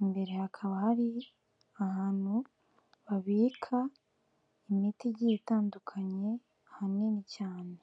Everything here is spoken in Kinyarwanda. imbere hakaba hari ahantu babika imiti igiye itandukanye hanini cyane.